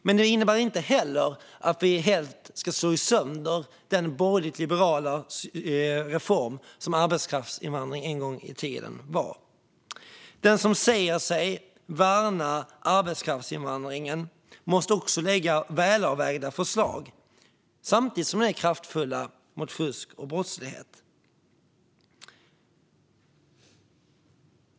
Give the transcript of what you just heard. Det innebär inte heller att vi helt ska slå sönder den borgerligt liberala reform som arbetskraftsinvandring en gång i tiden var. Den som säger sig värna arbetskraftsinvandringen måste också lägga fram välavvägda förslag som samtidigt är kraftfulla mot fusk och brottslighet.